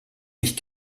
mich